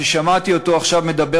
ששמעתי אותו עכשיו מדבר,